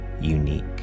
unique